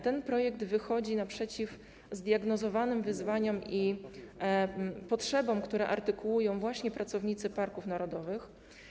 Ten projekt wychodzi naprzeciw zdiagnozowanym wyzwaniom i potrzebom, które artykułują właśnie pracownicy parków narodowych.